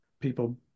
people